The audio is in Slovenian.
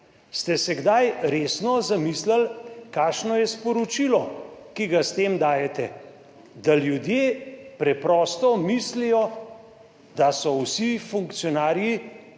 Ste se kdaj resno zamislili, kakšno je sporočilo, ki ga s tem dajete? Da ljudje preprosto mislijo, da so vsi funkcionarji